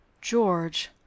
George